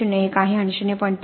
०१ आहे आणि ०